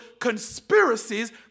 conspiracies